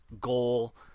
goal